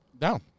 No